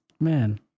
Man